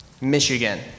Michigan